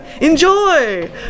enjoy